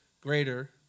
greater